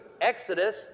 Exodus